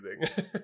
using